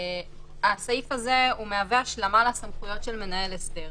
הסעיף הזה מהווה השלמה לסמכויות של מנהל הסדר.